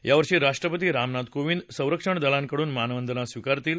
यावर्षी राष्ट्रपती रामनाथ कोविंद संरक्षणदलांकडून मानवंदना स्वीकारतील